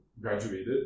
graduated